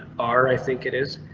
our i think it is.